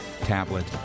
tablet